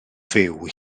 fyw